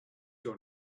your